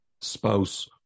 spouse